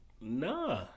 nah